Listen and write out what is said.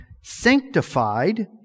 sanctified